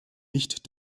nicht